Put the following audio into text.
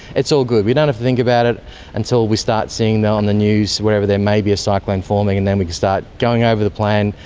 it's all good. we don't have to think about it until we start seeing it on the news, wherever there may be a cyclone forming, and then we start going over the plan,